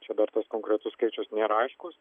čia dar tas konkretus skaičius nėra aiškus